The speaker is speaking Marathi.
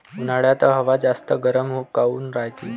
उन्हाळ्यात हवा जास्त गरम काऊन रायते?